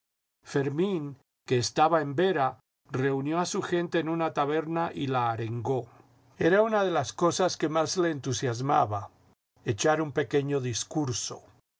fermín que estaba en vera reunió a su gente en una taberna y la arengó era una de las cosas que más le entusiasmaba echar un pequeño discurso